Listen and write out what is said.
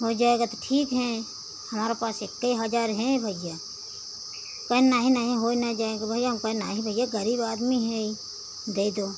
होई जाएगा तो ठीक है हमारे पास एक ही हजार है भईया कहेन नहीं नहीं होय नहीं जाएगा भईया हम कहेन नहीं भईया गरीब आदमी हैं दे दो